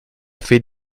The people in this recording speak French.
fait